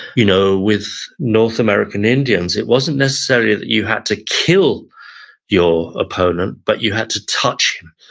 you know with north american indians, it wasn't necessarily that you had to kill your opponent, but you had to touch him,